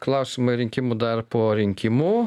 klausimai rinkimų dar po rinkimų